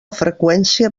freqüència